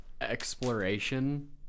exploration